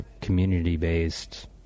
community-based